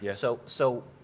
yeah so, so,